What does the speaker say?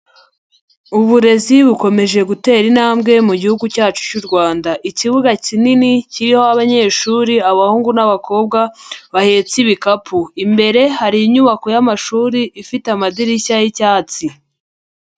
Uburezi bukomeje gutera intambwe mu gihugu cyacu cy'u Rwanda. Ikibuga kinini kiriho abanyeshuri abahungu n'abakobwa bahetse ibikapu. Imbere hari inyubako y'amashuri ifite amadirishya y'icyatsi.